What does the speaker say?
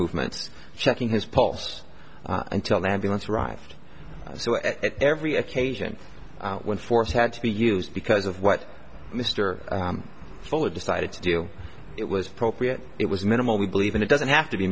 movements checking his pulse until the ambulance arrived at every occasion when force had to be used because of what mr fuller decided to do it was appropriate it was minimal we believe in it doesn't have to be